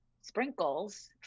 Sprinkles